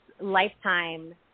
lifetime